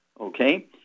okay